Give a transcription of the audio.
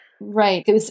Right